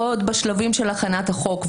עוד בשלבים של הכנת החוק,